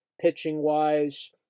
pitching-wise